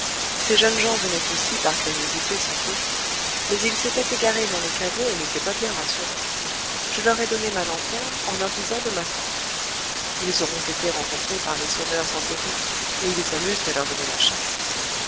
ces jeunes gens venaient aussi par curiosité sans doute mais ils s'étaient égarés dans les caveaux et n'étaient pas bien rassurés je leur ai donné ma lanterne en leur disant de m'attendre ils auront été rencontrés par les sonneurs en déroute et ils s'amusent à leur donner la chasse